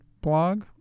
blog